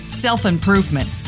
self-improvement